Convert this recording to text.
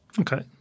Okay